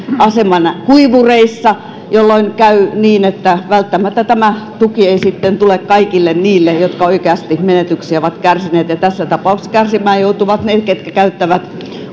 asema kuivureissa jolloin käy niin että välttämättä tämä tuki ei sitten tule kaikille niille jotka oikeasti menetyksiä ovat kärsineet tässä tapauksessa kärsimään joutuvat ne jotka käyttävät